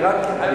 אני רק מקווה,